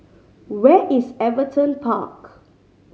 where is Everton Park